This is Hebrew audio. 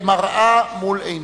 כמראה מול עינינו.